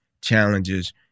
challenges